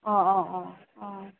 অঁ অঁ অঁ অঁ